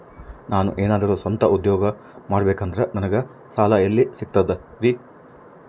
ನಾನು ಏನಾದರೂ ಸ್ವಂತ ಉದ್ಯೋಗ ಮಾಡಬೇಕಂದರೆ ನನಗ ಸಾಲ ಎಲ್ಲಿ ಸಿಗ್ತದರಿ?